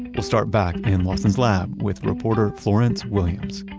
we'll start back in lawson's lab with reporter florence williams